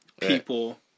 people